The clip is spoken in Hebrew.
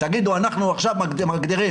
תגידו 'אנחנו עכשיו מגדירים,